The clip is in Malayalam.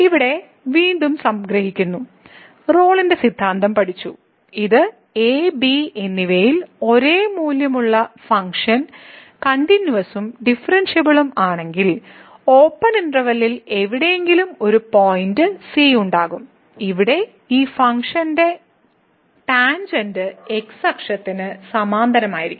ഇവിടെ വീണ്ടും സംഗ്രഹിക്കുന്നു റോളിന്റെ സിദ്ധാന്തം പഠിച്ചു ഇത് എ ബി എന്നിവയിൽ ഒരേ മൂല്യമുള്ള ഫങ്ക്ഷൻ കണ്ടിന്യൂവസും ഡിഫറെന്ഷ്യബിളും ആണെങ്കിൽ ഓപ്പൺ ഇന്റെർവെല്ലിൽ എവിടെയെങ്കിലും ഒരു പോയിന്റ് c ഉണ്ടാകും ഇവിടെ ഈ ഫംഗ്ഷന്റെ ടാൻജെന്റ് x അക്ഷത്തിന് സമാന്തരമായിരിക്കും